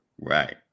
Right